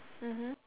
mmhmm